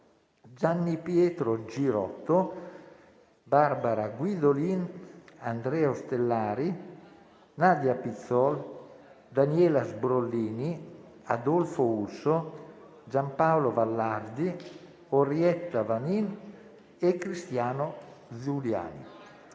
Gianni Pietro Girotto, Barbara Guidolin, Andrea Ostellari, Nadia Pizzol, Daniela Sbrollini, Adolfo Urso, Gianpaolo Vallardi, Orietta Vanin e Cristiano Zuliani.